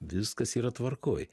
viskas yra tvarkoj